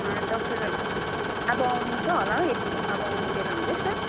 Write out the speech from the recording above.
अँ डाक्टर अब आउँछ होला हौ अब आउने बेला हुँदैछ